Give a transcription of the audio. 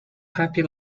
happy